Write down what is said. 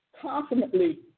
constantly